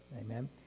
Amen